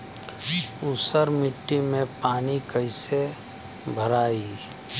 ऊसर मिट्टी में पानी कईसे भराई?